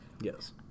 Yes